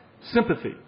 sympathy